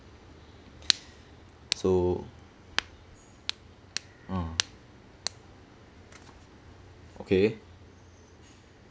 so ah okay